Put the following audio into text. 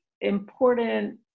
important